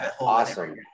awesome